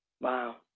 Wow